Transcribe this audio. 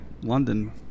London